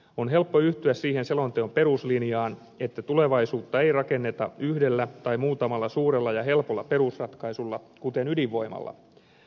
on helppo yhtyä siihen selonteon peruslinjaan että tulevaisuutta ei rakenneta yhdellä tai muutamalla suurella ja helpolla perusratkaisulla kuten ydinvoimalla